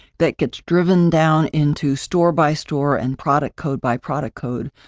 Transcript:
that gets driven down into store by store and product code by product code.